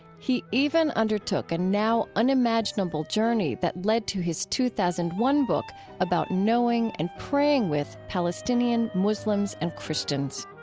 he even undertook a now unimaginable journey that led to his two thousand and one book about knowing and praying with palestinian muslims and christians